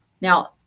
Now